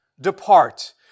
depart